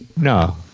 No